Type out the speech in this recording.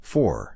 Four